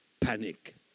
Panic